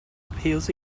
appeals